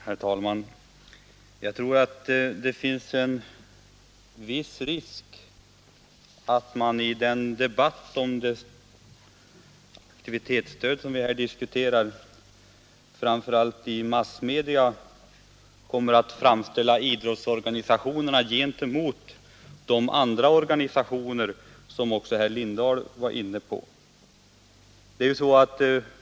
Herr talman! Jag tror att det finns en viss risk att man i debatten om detta aktivitetsstöd, framför allt i massmedia, kommer att ställa idrottsorganisationerna gentemot de andra organisationer som herr Lindahl berörde.